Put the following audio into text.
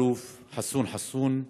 תת-אלוף חסון חסון,